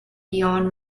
beyond